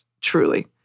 truly